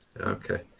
Okay